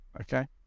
Okay